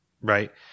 right